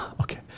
Okay